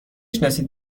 شناسید